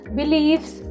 beliefs